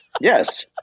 Yes